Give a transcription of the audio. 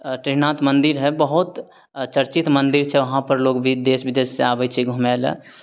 टेढ़ीनाथ मन्दिर हइ बहुत चर्चित मन्दिर छै वहाँपर लोग भी देश विदेश सँ आबय छै घूमय लए